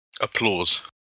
Applause